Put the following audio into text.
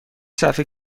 صفحه